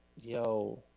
yo